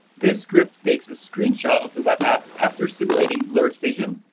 this script takes a screenshot of the web app after simulating blurred vision,